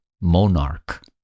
monarch